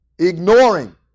Ignoring